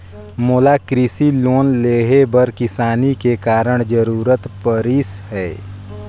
मोला कृसि लोन लेहे बर किसानी के कारण जरूरत परिस हे